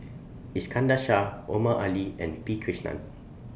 Iskandar Shah Omar Ali and P Krishnan